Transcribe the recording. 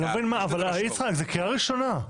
זו קריאה ראשונה.